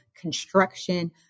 construction